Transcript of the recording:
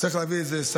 צריך להביא סייעת,